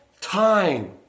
time